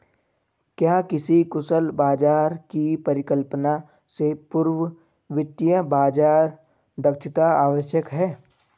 क्या किसी कुशल बाजार की परिकल्पना से पूर्व वित्तीय बाजार दक्षता आवश्यक है?